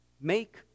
make